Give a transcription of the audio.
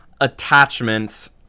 attachments